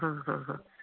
हा हा हा